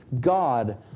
God